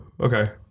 Okay